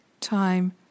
time